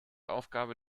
aufgabe